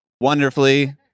wonderfully